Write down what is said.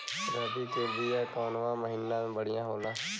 रबी के बिया कवना महीना मे बढ़ियां होला?